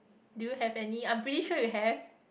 do you have any I'm pretty sure you have